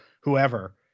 whoever